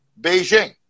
Beijing